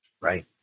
right